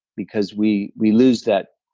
because we we lose that,